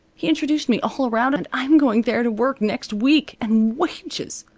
he introduced me all around, and i'm going there to work next week. and wages!